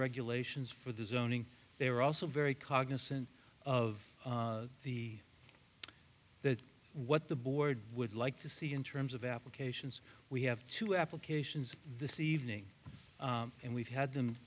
regulations for the zoning they are also very cognizant of the that what the board would like to see in terms of applications we have two applications this evening and we've had them